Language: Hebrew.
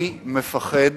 אני מפחד